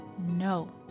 No